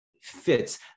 fits